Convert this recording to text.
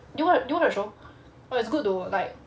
do you do you watch the show but it's good tho